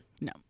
No